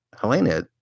Helena